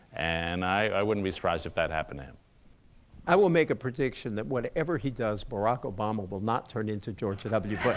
and i wouldn't be surprised if that happened to him i will make a prediction that whatever he does, barack obama will not turn into george w.